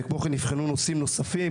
וכמו כן נבחנו נושאים נוספים,